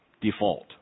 Default